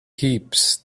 heaps